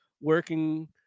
working